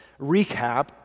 recap